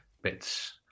Bits